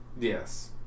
Yes